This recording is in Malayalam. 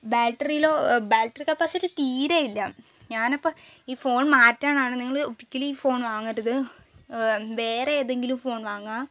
ബാറ്ററി ലോ ബാറ്ററി കപ്പാസിറ്റി തീരെയില്ല ഞാനപ്പോൾ ഈ ഫോൺ മാറ്റാനാണ് നിങ്ങൾ ഒരിക്കലും ഈ ഫോൺ വാങ്ങരുത് വേറെ ഏതെങ്കിലും ഫോൺ വാങ്ങുക